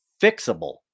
fixable